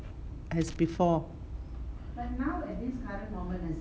as before